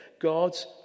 God's